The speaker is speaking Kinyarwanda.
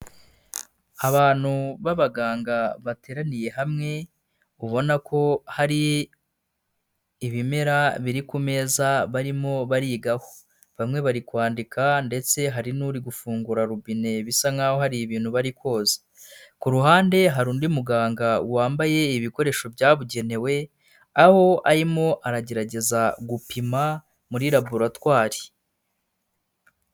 Abantu b'abaganga bateraniye hamwe, ubona ko hari ibimera biri ku meza barimo barigaho. Bamwe bari kwandika ndetse hari n'uri gufungura rubine bisa nkaho hari ibintu bari koza. Ku ruhande hari undi muganga wambaye ibikoresho byabugenewe aho arimo aragerageza gupima muri laboratwari.